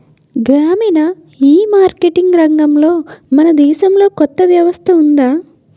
గ్రామీణ ఈమార్కెటింగ్ రంగంలో మన దేశంలో కొత్త వ్యవస్థ ఉందా?